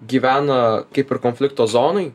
gyvena kaip ir konflikto zonoj